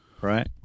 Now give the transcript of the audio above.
Right